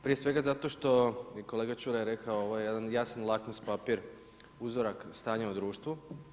Prije svega zato što i kolega Čuraj je rekao ovo je jedan jasno lakus papir, uzorak stanja u društvu.